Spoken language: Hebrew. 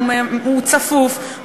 הוא צפוף.